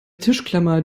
tischklammer